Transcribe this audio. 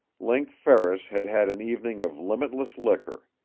link ferris had had an evening of limitless liquor.